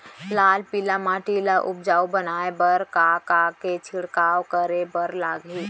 लाल पीली माटी ला उपजाऊ बनाए बर का का के छिड़काव करे बर लागही?